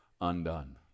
undone